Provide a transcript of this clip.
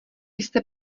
jste